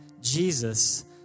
Jesus